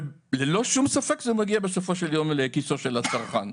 וללא שום ספק זה מגיע בסופו של יום אל כיסו של הצרכן.